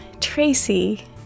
Tracy